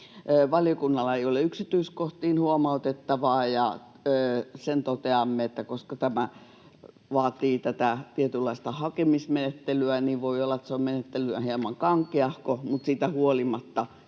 Valiokunnalla ei ole yksityiskohtiin huomautettavaa, ja toteamme, että koska tämä vaatii tätä tietynlaista hakemismenettelyä, niin voi olla, että se on menettelynä hieman kankeahko, mutta siitä huolimatta